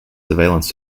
surveillance